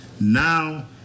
Now